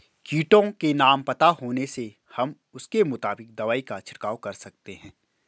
कीटों के नाम पता होने से हम उसके मुताबिक दवाई का छिड़काव कर सकते हैं